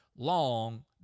Long